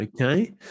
Okay